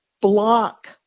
block